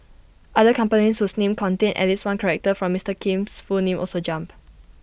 other companies whose names contained at least one character from Mister Kim's full name also jumped